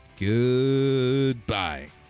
goodbye